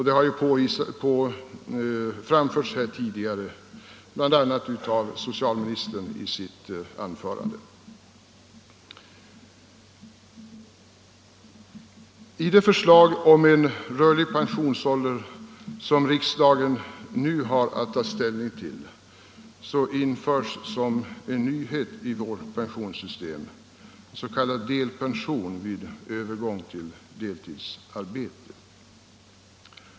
Det har framförts tidigare bl.a. i socialministerns anförande. I det förslag om rörlig pensionsålder, som riksdagen nu har att ta ställning till, införs som en nyhet i vårt pensionssystem s.k. delpension vid övergång till deltidsarbete.